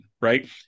Right